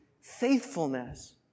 faithfulness